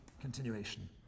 continuation